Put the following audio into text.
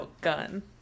gun